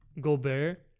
Gobert